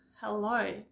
Hello